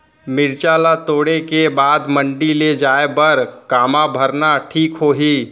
मिरचा ला तोड़े के बाद मंडी ले जाए बर का मा भरना ठीक होही?